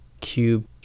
cube